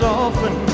often